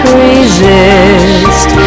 resist